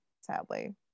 sadly